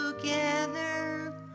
together